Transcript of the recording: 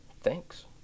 thanks